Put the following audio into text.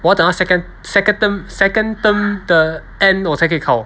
我要等到 second second term second term 的 end 我才可以考